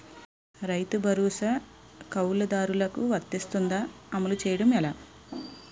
రైతు భరోసా కవులుదారులకు వర్తిస్తుందా? అమలు చేయడం ఎలా